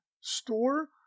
store